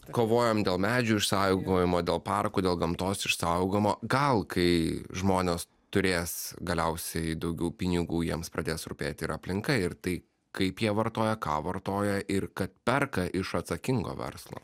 kovojom dėl medžių išsaugojimo dėl parkų dėl gamtos išsaugojimo gal kai žmonės turės galiausiai daugiau pinigų jiems pradės rūpėti ir aplinka ir tai kaip jie vartoja ką vartoja ir kad perka iš atsakingo verslo